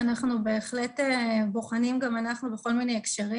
זה משהו שאנחנו בהחלט גם אנחנו בוחנים בכל מיני הקשרים.